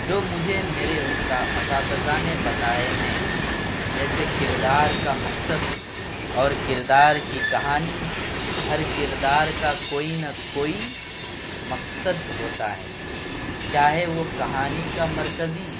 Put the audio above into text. جو مجھے میرے استاد اساتذہ نے بتائے ہیں جیسے کردار کا مقصد اور کردار کی کہانی ہر کردار کا کوئی نہ کوئی مقصد ہوتا ہے چاہے وہ کہانی کا مرکزی